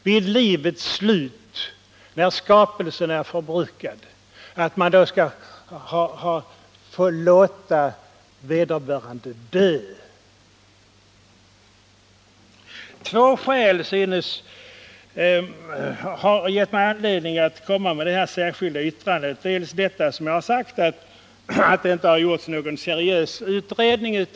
Vid livets slut, när skapelsen är förbrukad, skall man låta vederbörande få dö. Två skäl har föranlett mig att avge detta särskilda yttrande. För det första har det inte, som jag redan sagt, gjorts någon seriös utredning.